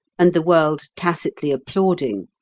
and the world tacitly applauding,